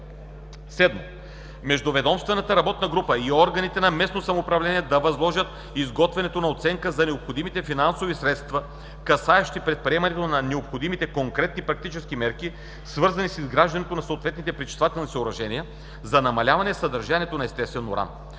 VII. Междуведомствената работна група и органите на местното самоуправление да възложат изготвянето на оценка за необходимите финансови средства, касаещи предприемането на необходимите конкретни практически мерки, свързани с изграждането на съответни пречиствателни съоръжения за намаляване съдържанието на естествен уран